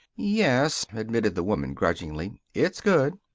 yes, admitted the woman, grudgingly, it's good.